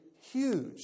huge